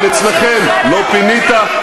אבל אצלכם: לא פינית,